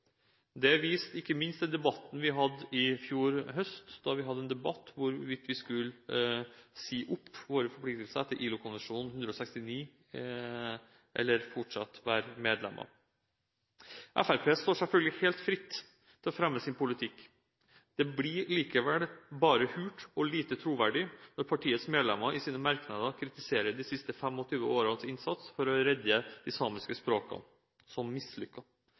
Det viste ikke minst debatten vi hadde i fjor høst, da vi debatterte hvorvidt vi skulle si opp våre forpliktelser etter ILO-konvensjon nr. 169 eller fortsatt være medlemmer. Fremskrittspartiet står selvfølgelig helt fritt til å fremme sin politikk. Det blir likevel bare hult og lite troverdig når partiets medlemmer i sine merknader kritiserer de siste 25 årenes innsats for å redde de samiske